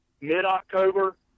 Mid-October